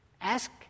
Ask